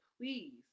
please